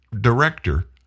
director